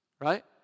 Right